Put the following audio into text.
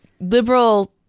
liberal